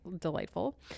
delightful